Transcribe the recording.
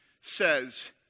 says